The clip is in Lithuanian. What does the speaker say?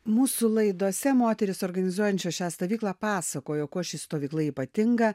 mūsų laidose moterys organizuojančios šią stovyklą pasakojo kuo ši stovykla ypatinga